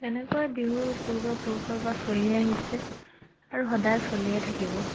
তেনেকৈ বিহু পূৰ্বপুৰুষৰপৰা চলি আহিছে আৰু সদায় চলিয়ে থাকিব